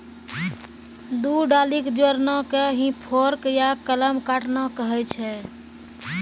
दू डाली कॅ जोड़ना कॅ ही फोर्क या कलम काटना कहै छ